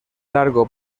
largo